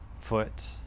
foot